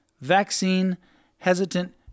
vaccine-hesitant